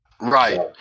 Right